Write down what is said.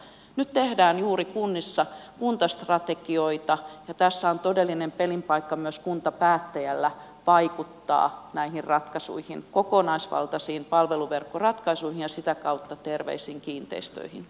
nyt tehdään juuri kunnissa kuntastrategioita ja tässä on todellinen pelin paikka myös kuntapäättäjällä vaikuttaa näihin ratkaisuihin kokonaisvaltaisiin palveluverkkoratkaisuihin ja sitä kautta terveisiin kiinteistöihin